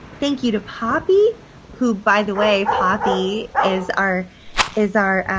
thank you to poppy who by the way, poppy is our is our